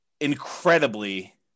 incredibly